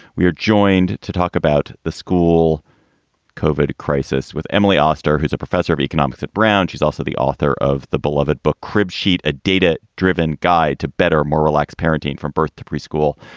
we are joined to talk about the school covered crisis with emily auster, who's a professor of economics at brown. she's also the author of the beloved book crib sheet, a data driven guide to better, more relaxed parenting from birth to preschool.